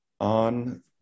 on